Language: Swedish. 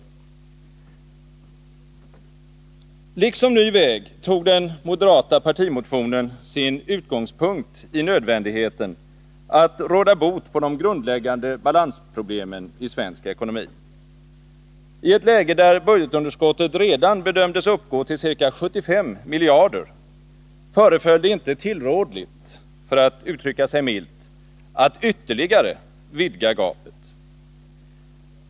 Detta påvisade jag redan i den allmänpolitiska debatten. Liksom ”Ny väg” tog den moderata partimotionen sin utgångspunkt i nödvändigheten av att råda bot på de grundläggande balansproblemen i svensk ekonomi. I ett läge där budgetunderskottet redan bedömdes uppgå till ca 75 miljarder föreföll det inte tillrådligt — för att uttrycka sig milt — att ytterligare vidga gapet.